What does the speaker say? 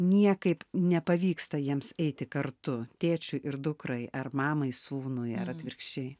niekaip nepavyksta jiems eiti kartu tėčiui ir dukrai ar mamai sūnui ar atvirkščiai